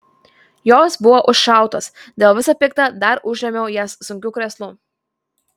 jos buvo užšautos dėl visa pikta dar užrėmiau jas sunkiu krėslu